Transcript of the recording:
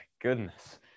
goodness